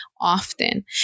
often